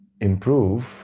improve